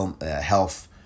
health